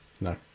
no